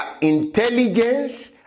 intelligence